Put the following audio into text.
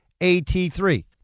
AT3